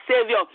Savior